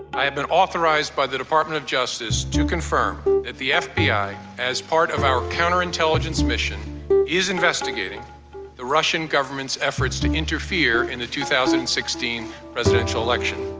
i have been authorised by the department of justice to confirm that the fbi as part of our counterintelligence mission is investigating the russian government's efforts to interfere in the two thousand and sixteen presidential election.